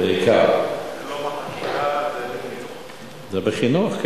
זה בחינוך.